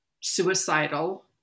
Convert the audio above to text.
suicidal